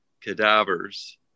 cadavers